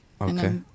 Okay